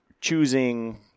choosing